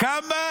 כמה